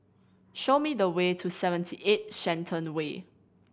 show me the way to Seventy Eight Shenton Way